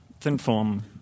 thin-film